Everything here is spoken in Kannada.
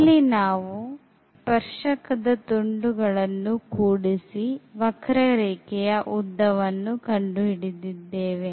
ಇಲ್ಲಿ ನಾವು ಸ್ಪರ್ಶಕದ ತುಂಡುಗಳನ್ನು ಕೂಡಿಸಿ ವಕ್ರರೇಖೆಯ ಉದ್ದವನ್ನು ಕಂಡುಹಿಡಿದಿದ್ದೇವೆ